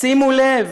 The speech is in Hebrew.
שימו לב,